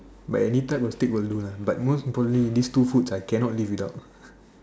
but any type of steak will do lah but most importantly these two foods I cannot live without